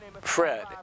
Fred